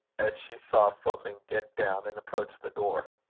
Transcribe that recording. as she saw a footman get down and approach the door.